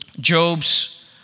Job's